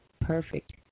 perfect